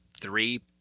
three